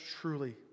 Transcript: truly